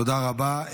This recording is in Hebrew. תודה רבה.